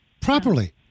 properly